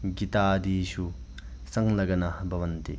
गितादिषु संलग्नाः भवन्ति